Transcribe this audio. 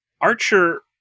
Archer